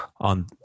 on